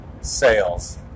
sales